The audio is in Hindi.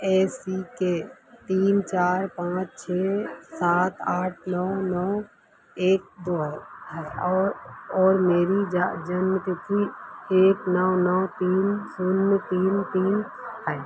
ए सी के तीन चार पाँच छः सात आठ नौ नौ एक दो है और और मेरी ज जन्मतिथि एक नौ नौ तीन शून्य तीन तीन है